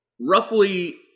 roughly